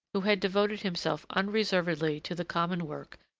who had devoted himself unreservedly to the common work,